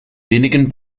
wenigen